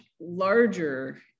larger